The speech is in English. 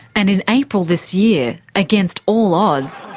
and in april this year, against all odds,